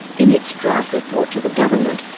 in its draft report to the government,